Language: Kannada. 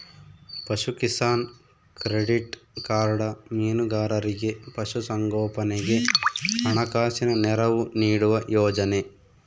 ಪಶುಕಿಸಾನ್ ಕ್ಕ್ರೆಡಿಟ್ ಕಾರ್ಡ ಮೀನುಗಾರರಿಗೆ ಪಶು ಸಂಗೋಪನೆಗೆ ಹಣಕಾಸಿನ ನೆರವು ನೀಡುವ ಯೋಜನೆ